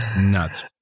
nuts